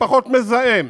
ופחות מזהם,